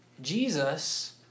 Jesus